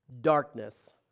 Darkness